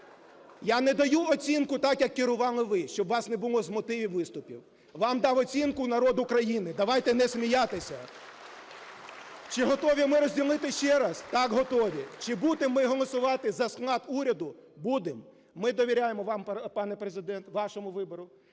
Я не даю оцінку так, як керували ви, щоб у вас не було з мотивів виступів. Вам дав оцінку народ України. Давайте не сміятися. Чи готові ми розділити ще раз? Так, готові. Чи будемо ми голосувати за склад уряду? Будемо. Ми довіряємо вам, пане Президент, вашому вибору.